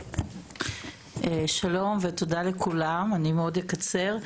שלום ותודה לכולם, אני אקצר מאוד.